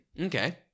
Okay